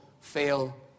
fail